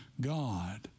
God